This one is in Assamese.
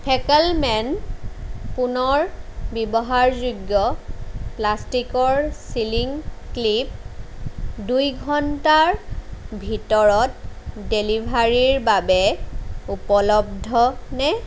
ফেকলমেন পুনৰ ব্যৱহাৰযোগ্য প্লাষ্টিকৰ ছিলিং ক্লিপ দুইঘণ্টাৰ ভিতৰত ডেলিভাৰীৰ বাবে উপলব্ধ নে